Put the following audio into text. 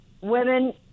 women